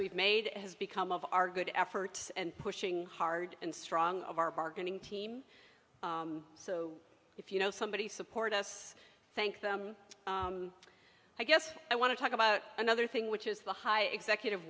we've made has become of our good efforts and pushing hard and strong of our bargaining team so if you know somebody support us thank them i guess i want to talk about another thing which is the high executive